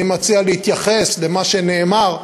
אני מציע להתייחס למה שנאמר,